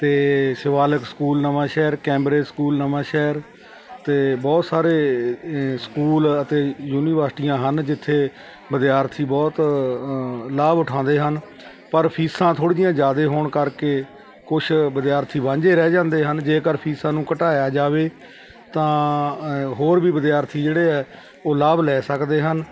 ਅਤੇ Shivalik school Nawanshahr Cambridge school Nawanshahr ਅਤੇ ਬਹੁਤ ਸਾਰੇ ਏ ਸਕੂਲ ਅਤੇ ਯੂਨੀਵਰਸਿਟੀਆਂ ਹਨ ਜਿੱਥੇ ਵਿਦਿਆਰਥੀ ਬਹੁਤ ਲਾਭ ਉਠਾਉਂਦੇ ਹਨ ਪਰ ਫੀਸਾਂ ਥੋੜ੍ਹੀ ਜਿਹੀਆਂ ਜ਼ਿਆਦਾ ਹੋਣ ਕਰਕੇ ਕੁਛ ਵਿਦਿਆਰਥੀ ਵਾਂਝੇ ਰਹਿ ਜਾਂਦੇ ਹਨ ਜੇਕਰ ਫੀਸਾਂ ਨੂੰ ਘਟਾਇਆ ਜਾਵੇ ਤਾਂ ਹੋਰ ਵੀ ਵਿਦਿਆਰਥੀ ਜਿਹੜੇ ਹੈ ਉਹ ਲਾਭ ਲੈ ਸਕਦੇ ਹਨ